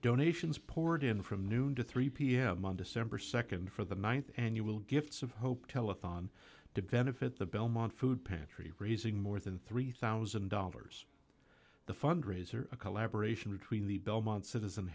donations poured in from noon to three pm on december nd for the th annual gifts of hope telethon to benefit the belmont food pantry raising more than three thousand dollars the fundraiser a collaboration between the belmont citizen